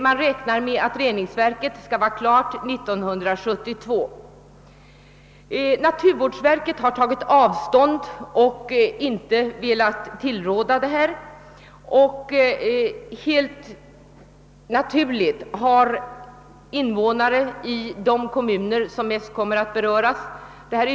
Man räknar med att reningsverket skall vara klart 1972. Naturvårdsverket har tagit avstånd från detta projekt och inte velat tillråda att det genomförs. Helt naturligt har invånarna i de kommuner som mest kommer att beröras av saken reagerat.